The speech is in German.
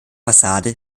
fassade